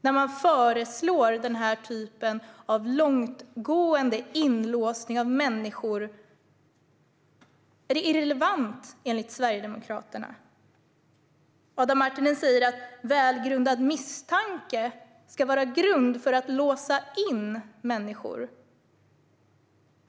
när man föreslår den här typen av långtgående inlåsning av människor? Är det irrelevant, enligt Sverigedemokraterna? Adam Marttinen säger att välgrundad misstanke ska vara grund för att låsa in människor.